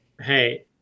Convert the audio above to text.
Hey